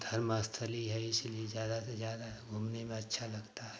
धर्मास्थली है इसलिए ज़्यादा से ज़्यादा घूमने में अच्छा लगता है